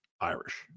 Irish